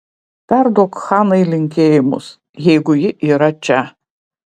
perduok hanai linkėjimus jeigu ji yra čia